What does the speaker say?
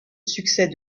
succès